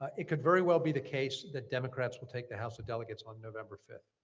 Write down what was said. ah it could very well be the case that democrats will take the house of delegates on november